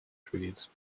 trees